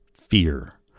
fear